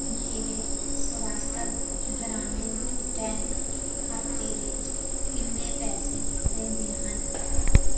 ਮੇਰੇ ਸੌਰਾਸ਼ਟਰ ਗ੍ਰਾਮੀਣ ਬੈਂਕ ਖਾਤੇ ਵਿੱਚ ਕਿੰਨੇ ਪੈਸੇ ਰਹਿੰਦੇ ਹਨ